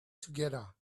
together